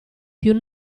più